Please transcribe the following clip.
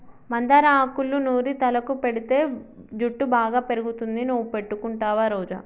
మందార ఆకులూ నూరి తలకు పెటితే జుట్టు బాగా పెరుగుతుంది నువ్వు పెట్టుకుంటావా రోజా